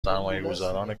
سرمایهگذاران